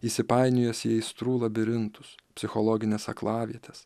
įsipainiojęs į aistrų labirintus psichologines aklavietes